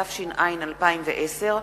התש"ע 2010,